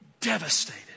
Devastated